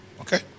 Okay